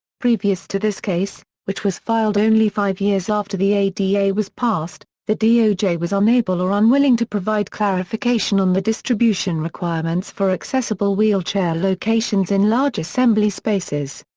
previous to this case, which was filed only five years after the ada was passed, the doj was unable or unwilling to provide clarification on the distribution requirements for accessible wheelchair locations in large assembly spaces.